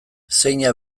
zeina